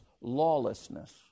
lawlessness